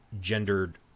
gendered